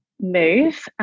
move